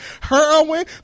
heroin